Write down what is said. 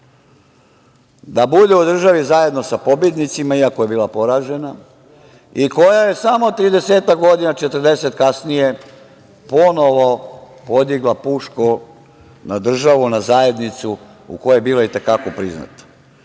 da bude u državi zajedno sa pobednicima, iako je bila poražena i koja je samo 30, 40 godina kasnije ponovo podigla pušku na državu, na zajednicu u kojoj je bila itekako priznata. Ubijen